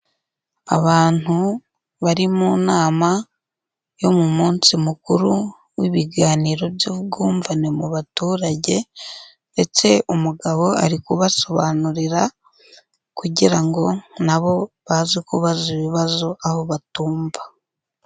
Abantu bari mu nama yo mu munsi mukuru w'ibiganiro by'ubwumvane mu baturage ndetse umugabo ari kubasobanurira kugira ngo nabo baze kubaza ibibazo aho batumva.